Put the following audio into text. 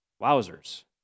wowzers